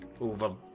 over